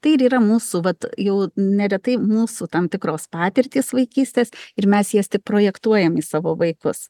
tai ir yra mūsų vat jau neretai mūsų tam tikros patirtys vaikystės ir mes jas tik projektuojam į savo vaikus